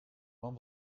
man